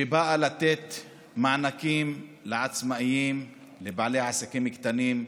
שבאה לתת מענקים לעצמאים, לבעלי העסקים הקטנים,